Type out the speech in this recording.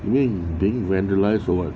you mean being vandalized or what